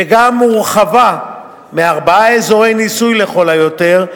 וגם הורחבה מארבעה אזורי ניסוי לכל היותר,